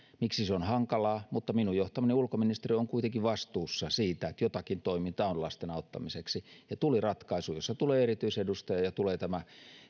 miksi se on hankalaa mutta minun johtamani ulkoministeriö on kuitenkin vastuussa siitä että jotakin toimintaa on lasten auttamiseksi tuli ratkaisu jossa tuli erityisedustaja ja tuli tämä